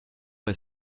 est